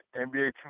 NBA